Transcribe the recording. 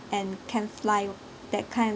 and can fly that kind